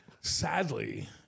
Sadly